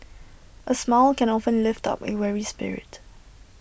A smile can often lift up A weary spirit